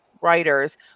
writers